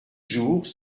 jours